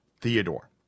Theodore